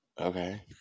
Okay